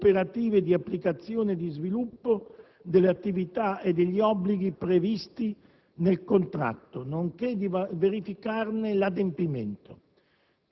operative di applicazione e di sviluppo delle attività e degli obblighi previsti nel (...) contratto, nonché di verificarne l'adempimento».